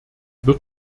wird